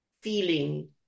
feeling